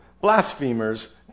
blasphemers